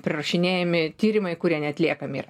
prirašinėjami tyrimai kurie neatliekami yra